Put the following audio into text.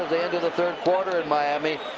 the third quarter in miami.